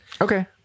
Okay